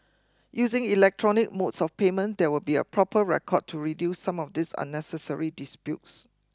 using electronic modes of payment there will be a proper record to reduce some of these unnecessary disputes